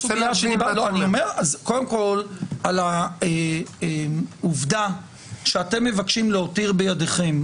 קודם כול על העובדה שאתם מבקשים להותיר בידיכם,